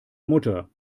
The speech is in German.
mutter